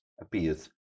appears